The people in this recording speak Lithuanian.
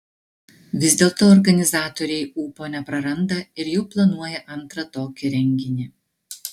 vis dėlto organizatoriai ūpo nepraranda ir jau planuoja antrą tokį renginį